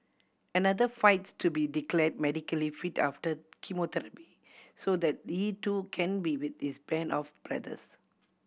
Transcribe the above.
another fights to be declare medically fit after chemotherapy so that he too can be with his band of brothers